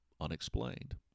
unexplained